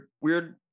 weird